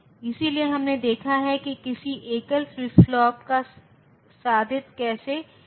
तो यह 0 0 0 1 1 0 और 1 1 है